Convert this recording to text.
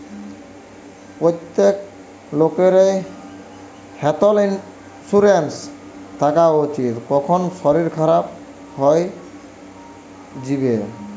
প্রত্যেক লোকেরই health insurance থাকা উচিত, কখন শরীর খারাপ হই যিবে